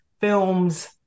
films